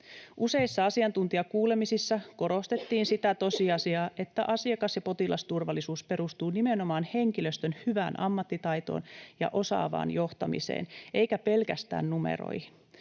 Useissa asiantuntijakuulemisissa korostettiin sitä tosiasiaa, että asiakas‑ ja potilasturvallisuus perustuu nimenomaan henkilöstön hyvään ammattitaitoon ja osaavaan johtamiseen eikä pelkästään numeroihin.